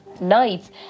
nights